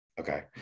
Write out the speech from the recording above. Okay